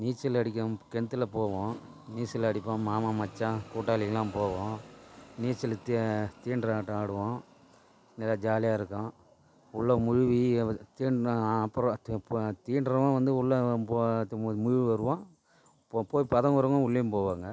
நீச்சல் அடிக்கும் கிண்துல போவோம் நீச்சல் அடிப்போம் மாமன் மச்சான் கூட்டாளி எல்லாம் போவோம் நீச்சலு தி தீண்டுர ஆட்டம் ஆடுவோம் நல்லா ஜாலியாக இருக்கும் உள்ளே முழுவி தீண்டின அப்புரோ தீண்டுறவன் வந்து உள்ளே முழுவி வருவான் இப்போ போய் பதுங்குறவங்ளும் உள்ளேயும் போவாங்க